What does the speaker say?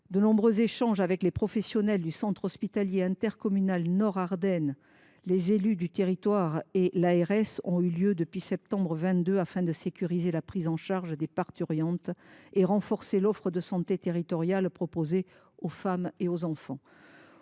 de moyens financiers. Les professionnels du centre hospitalier intercommunal Nord Ardennes, les élus du territoire et l’ARS ont beaucoup échangé depuis septembre 2022, dans l’objectif de sécuriser la prise en charge des parturientes et de renforcer l’offre de santé territoriale proposée aux femmes et aux enfants.